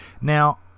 Now